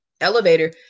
elevator